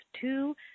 two